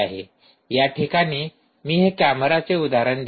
या ठिकाणी मी हे कॅमेराचे उदाहरण देईन